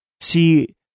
see